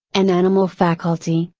an animal faculty,